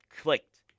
clicked